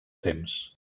temps